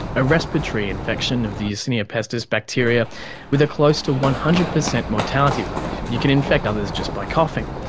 a respiratory infection of the yersinia pestis bacteria with a close to one hundred percent mortality rate. you can infect others just by coughing.